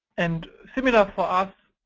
and similarly for us,